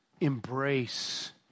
embrace